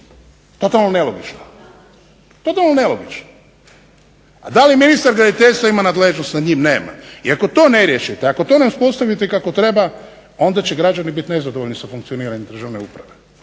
graditeljstva. Totalno nelogično. A da li ministar graditeljstva ima nadležnost nad njim, nema. I ako to ne riješite i ako to ne uspostavite kako treba onda će građani biti nezadovoljni sa funkcioniranjem državne uprave